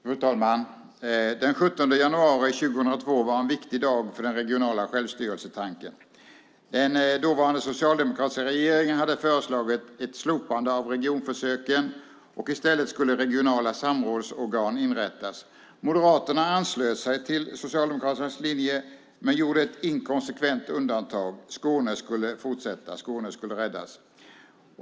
Fru talman! Den 17 januari 2002 var en viktig dag för tanken på regional självstyrelse. Den dåvarande socialdemokratiska regeringen hade föreslagit ett slopande av regionförsöken, och i stället skulle regionala samrådsorgan inrättas. Moderaterna anslöt sig till Socialdemokraternas linje men gjorde ett inkonsekvent undantag: Skåne skulle fortsätta - Skåne skulle räddas.